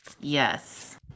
Yes